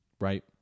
right